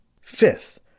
Fifth